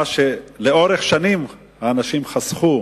מה שלאורך שנים האנשים חסכו